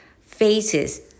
faces